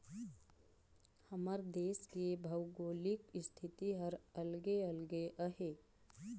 हमर देस के भउगोलिक इस्थिति हर अलगे अलगे अहे